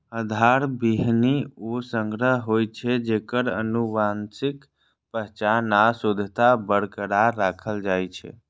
आधार बीहनि ऊ संग्रह होइ छै, जेकर आनुवंशिक पहचान आ शुद्धता बरकरार राखल जाइ छै